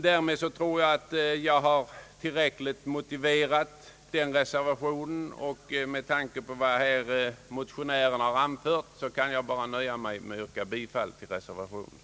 Därmed tror jag att jag har tillräckligt väl motiverat reservationen, och med tanke på vad motionären har anfört kan jag nu nöja mig med att yrka bifall till reservationen.